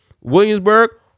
Williamsburg